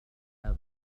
هذا